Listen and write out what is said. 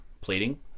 plating